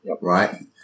right